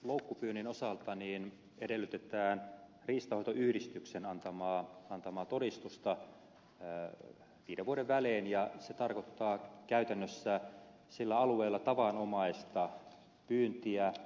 loukkupyynnin osalta edellytetään riistanhoitoyhdistyksen antamaa todistusta viiden vuoden välein ja se tarkoittaa käytännössä sillä alueella tavanomaista pyyntiä